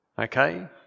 Okay